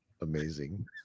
Amazing